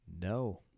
No